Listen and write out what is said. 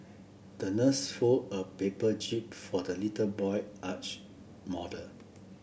the nurse folded a paper jib for the little boy yacht model